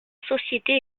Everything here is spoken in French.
société